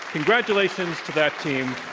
congratulations to that team.